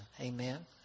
Amen